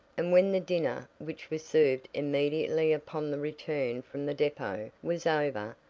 and when the dinner, which was served immediately upon the return from the depot, was over,